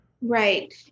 Right